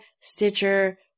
Stitcher